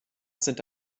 sind